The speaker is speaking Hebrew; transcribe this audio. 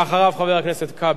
ואחריו, חבר הכנסת כבל,